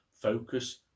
focus